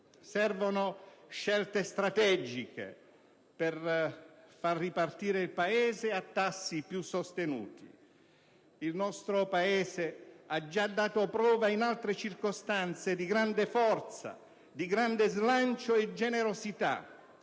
Servono scelte strategiche per far ripartire il Paese a tassi più sostenuti. Il nostro Paese ha già dato prova in altre circostanze di grande forza, di grande slancio e generosità